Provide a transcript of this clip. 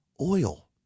Oil